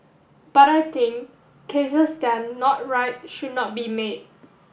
but I think cases that not right should not be made